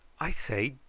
i say,